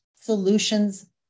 Solutions